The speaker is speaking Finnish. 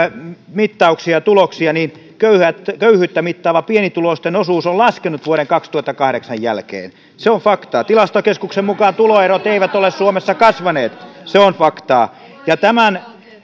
mittauksia ja tuloksia niin köyhyyttä mittaava pienituloisten osuus on laskenut vuoden kaksituhattakahdeksan jälkeen se on faktaa tilastokeskuksen mukaan tuloerot eivät ole suomessa kasvaneet se on faktaa tämän